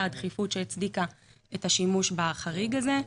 הדחיפות שהצדיקה את השימוש בחריג הזה.